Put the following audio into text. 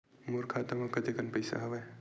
मोर खाता म कतेकन पईसा हवय?